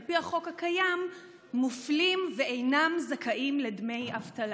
על פי החוק הקיים מופלים ואינם זכאים לדמי אבטלה.